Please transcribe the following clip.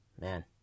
man